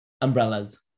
umbrellas